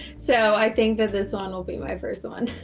so i think that this one will be my first one.